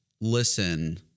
listen